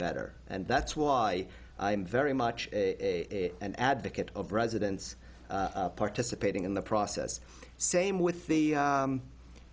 better and that's why i'm very much an advocate of residents participating in the process same with the